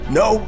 no